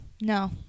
No